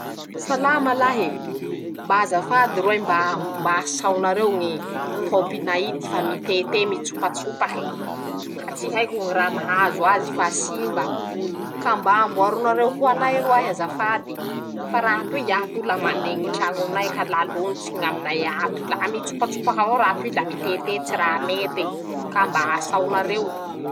Salama lahy e, mba azafady roahy mba asaonareo ñy pômpy nay ity fa mitete, mitsopatsopaky, ka tsy haiko ñy raha mahazo azy fa simba, ka mba amboaro nareo ho anay roahy azafady, fa raha toy ii ato la mandé ñy trañonay ka la lontsiky ñaminay ato, la mitsopatsopaky avao raha toy, la miteté tsy ra mete, ka mba asaonareo.